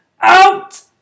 Out